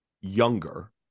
younger